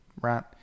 right